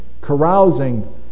carousing